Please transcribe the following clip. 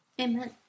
Amen